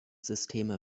systeme